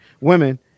Women